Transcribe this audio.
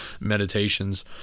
meditations